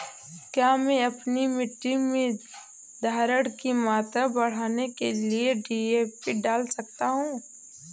क्या मैं अपनी मिट्टी में धारण की मात्रा बढ़ाने के लिए डी.ए.पी डाल सकता हूँ?